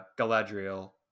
Galadriel